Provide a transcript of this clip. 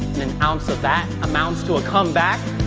an ounce of that amounts to a comeback.